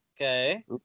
Okay